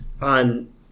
on